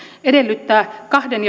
edellyttää kahden